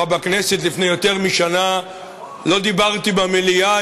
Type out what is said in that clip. בכנסת לפני יותר משנה לא דיברתי במליאה,